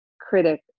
critic